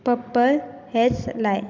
purple haze लाय